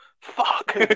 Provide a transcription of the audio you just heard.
Fuck